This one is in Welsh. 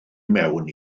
mewn